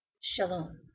Shalom